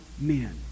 men